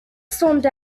stormed